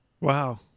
Wow